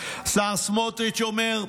השר סמוטריץ' אומר: